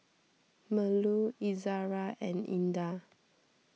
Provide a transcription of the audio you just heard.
Melur Izara and Indah